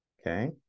Okay